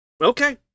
Okay